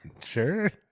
Sure